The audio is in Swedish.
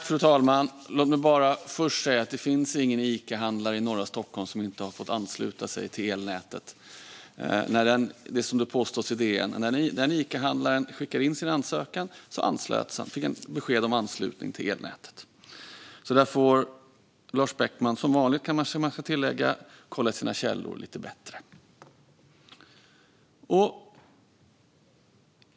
Fru talman! Låt mig först säga att det inte finns någon Icahandlare i norra Stockholm som inte har fått ansluta sig till elnätet, vilket har påståtts i DN. När Icahandlaren skickade in sin ansökan fick han besked om anslutning till elnätet. Där får alltså Lars Beckman - som vanligt, kanske man ska tillägga - kolla sina källor lite bättre.